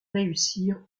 réussir